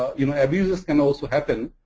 you know, abuses can also happen.